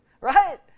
Right